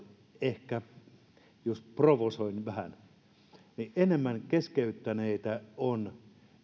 ehkä jos provosoin vähän niin enemmän keskeyttäneitä on